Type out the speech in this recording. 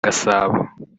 gasabo